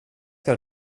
ska